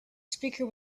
speaker